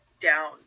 down